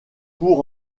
pour